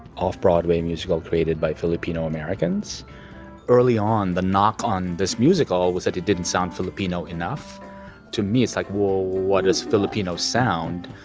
off broadway musical created by filipino americans early on. the knock on this musical was that it didn't sound filipino enough to me it's like whoa what is filipino sound.